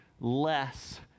less